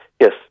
Yes